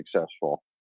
successful